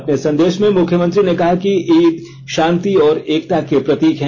अपने संदेष में मुख्यमंत्री ने कहा है कि ईद शांति और एकता के प्रतीक है